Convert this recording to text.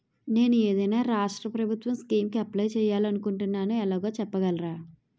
నేను ఏదైనా రాష్ట్రం ప్రభుత్వం స్కీం కు అప్లై చేయాలి అనుకుంటున్నా ఎలాగో చెప్పగలరా?